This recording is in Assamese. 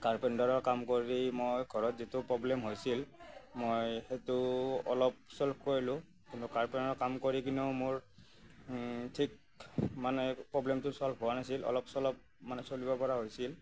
কাৰ্পেণ্টাৰৰ কাম কৰি মই ঘৰত যিটো প্ৰব্লেম হৈছিল মই সেইটো অলপ চ'ল্ভ কৰিলোঁ কিন্তু কাৰ্পেণ্টাৰৰ কাম কৰি কিনেও মোৰ ঠিক মানে প্ৰব্লেমটো চ'ল্ভ হোৱা নাছিল অলপ চলপ মানে চলিব পৰা হৈছিল